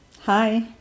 Hi